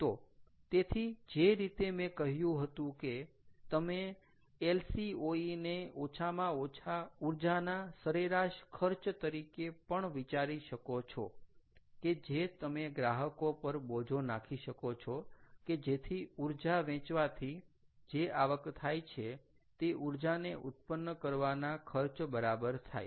તો તેથી જે રીતે મેં કહ્યું હતું કે તમે LCOE ને ઓછામાં ઓછા ઊર્જાના સરેરાશ ખર્ચ તરીકે પણ વિચારી શકો છો કે જે તમે ગ્રાહકો પર બોજો નાખી શકો છો કે જેથી ઊર્જા વેચવાથી જે આવક થાય છે તે ઊર્જાને ઉત્પન્ન કરવાના ખર્ચ બરાબર થાય